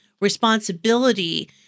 responsibility